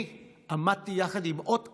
אני עמדתי, יחד עם עוד כמה,